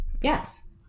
yes